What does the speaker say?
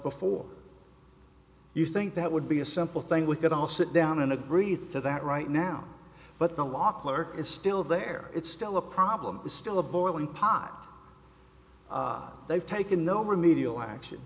before you think that would be a simple thing we could all sit down and agree to that right now but the law clerk is still there it's still a problem it's still a boiling pot they've taken no remedial action